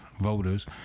voters